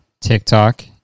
TikTok